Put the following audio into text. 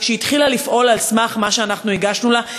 שהתחילה לפעול על סמך מה שאנחנו הגשנו לה.